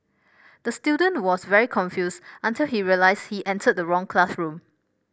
the student was very confused until he realised he entered the wrong classroom